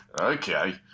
okay